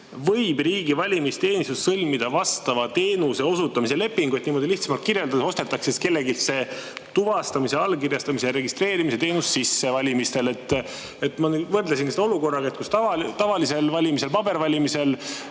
võib riigi valimisteenistus sõlmida vastava teenuse osutamise lepingu. Ehk lihtsamalt kirjeldades ostetakse kelleltki see tuvastamis‑, allkirjastamis‑ ja registreerimisteenus valimistel sisse. Ma võrdlesin seda olukorraga tavalistel valimistel, pabervalimistel,